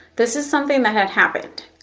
this was something that had happened,